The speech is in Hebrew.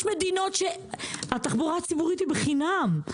יש מדינות שהתחבורה הציבורית היא בחינם.